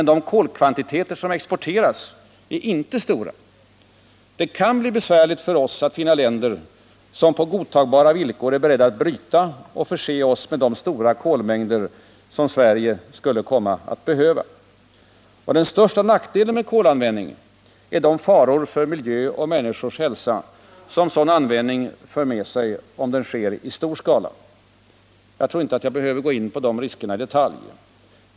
De kolkvantiteter som exporteras är dock inte stora. Det kan bli besvärligt för oss att finna länder som på godtagbara villkor är beredda att bryta och förse oss med de stora kolmängder som Sverige skulle komma att behöva. Den största nackdelen med kolanvändning är de faror för miljö och människors hälsa som kolanvändning i stor skala för med sig. Jag tror inte att jag behöver gå in på dessa risker i detalj.